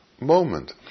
moment